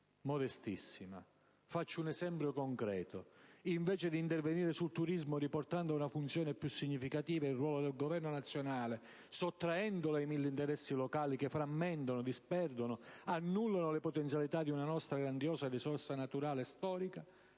modestissima. Faccio un esempio concreto: invece di intervenire sul turismo riportando a una funzione più significativa il ruolo del Governo nazionale e sottraendolo ai mille interessi locali, che frammentano, disperdono e annullano le potenzialità di una nostra grandiosa risorsa naturale e storica,